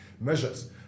measures